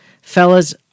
Fellas